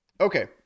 okay